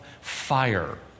fire